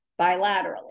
bilaterally